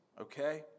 okay